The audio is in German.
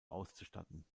auszustatten